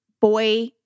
boy